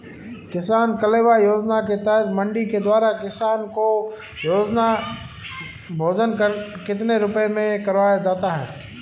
किसान कलेवा योजना के तहत मंडी के द्वारा किसान को भोजन कितने रुपए में करवाया जाता है?